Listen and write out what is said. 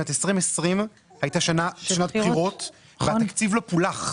שנת 2020 היתה שנת בחירות והתקציב לא פולח.